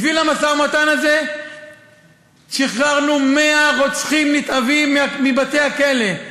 בשביל המשא-ומתן הזה שחררנו 100 רוצחים נתעבים מבתי-הכלא,